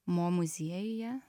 mo muziejuje